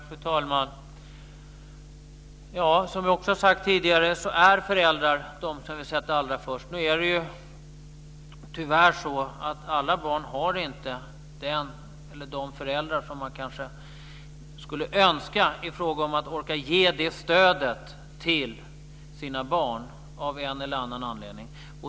Fru talman! Som jag också har sagt tidigare är föräldrar de som vi sätter allra först. Nu är det tyvärr så att alla barn inte har de föräldrar som man kanske skulle önska i fråga om att orka ge det stödet till sina barn, av en eller annan anledning.